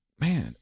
man